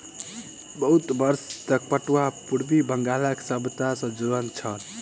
बहुत वर्ष तक पटुआ पूर्वी बंगालक सभ्यता सॅ जुड़ल छल